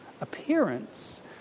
appearance